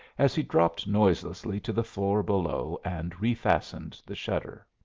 as he dropped noiselessly to the floor below and refastened the shutter.